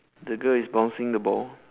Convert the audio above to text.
the girl is bouncing the ball